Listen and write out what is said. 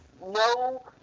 No